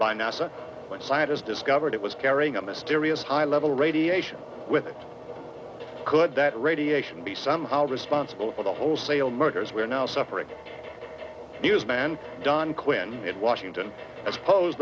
by nasa when scientists discovered it was carrying a mysterious high level radiation with could that radiation be somehow responsible for the wholesale murders we're now suffering newsman john quinn it washington